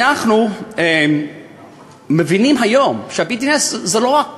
אנחנו מבינים היום שה-BDS זה לא רק כדורגל,